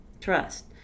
Trust